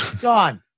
Gone